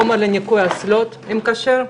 חומר לניקוי אסלות עם כשרות,